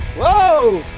whoa,